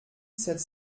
sept